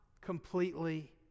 completely